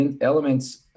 elements